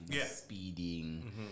speeding